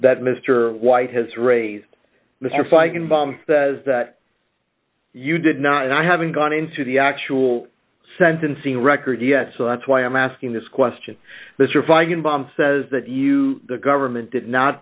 that mr white has raised mr feigenbaum says that you did not and i haven't gone into the actual sentencing record yet so that's why i'm asking this question the surviving bomb says that you the government did not